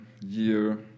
year